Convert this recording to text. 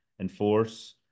enforce